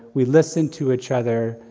we listen to each other,